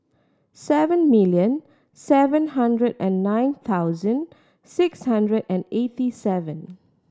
seven million seven hundred and nine thousansd six hundred and eighty seven